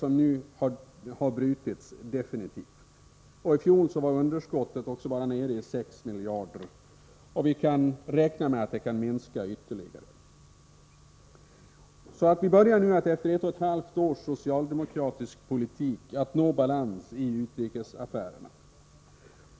Det läget har nu definitivt brutits. I fjol var underskottet nere i bara 6 miljarder, och vi kan räkna med att det kan minska ytterligare. Vi börjar nu, efter ett och ett halvt års socialdemokratisk politik, att nå balans i utrikesaffärerna.